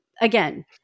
again